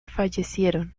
fallecieron